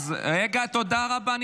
רק אגיד לכם --- רגע.